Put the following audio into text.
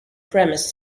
premise